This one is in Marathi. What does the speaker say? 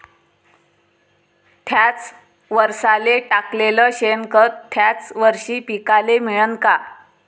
थ्याच वरसाले टाकलेलं शेनखत थ्याच वरशी पिकाले मिळन का?